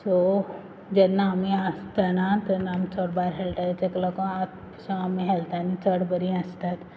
so जेन्ना आमी आसतना तेन्ना आम चोड भायर हेळ्ळांय तेक लागोन सो आमी हेल्थान चोड बोरीं आसतात